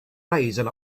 rising